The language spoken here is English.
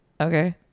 Okay